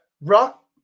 rock